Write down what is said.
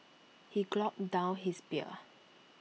he gulped down his beer